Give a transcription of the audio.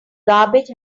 garbage